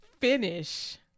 finish